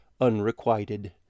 unrequited